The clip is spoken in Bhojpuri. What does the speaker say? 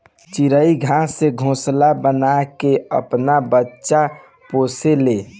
चिरई घास से घोंसला बना के आपन बच्चा पोसे ले